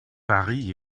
paris